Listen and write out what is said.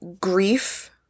grief